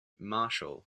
marshal